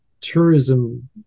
tourism